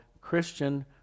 Christian